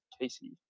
Casey